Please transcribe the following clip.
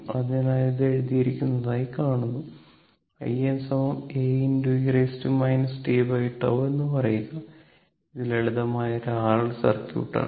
അതിനാൽ ഇത് എഴുതിയിരിക്കുന്നതായി കാണുന്നു in A e tτ എന്ന് പറയുകഇത് ഒരു ലളിതമായ R L സർക്യൂട്ട് ആണ്